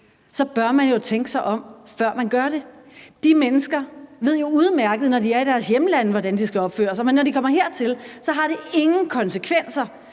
så bør man jo tænke sig om, før man gør det. De mennesker ved jo udmærket, når de er i deres hjemlande, hvordan de skal opføre sig, men når de kommer hertil, har det ingen konsekvenser.